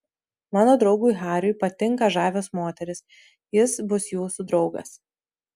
mano draugui hariui patinka žavios moterys jis bus jūsų draugas